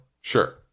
sure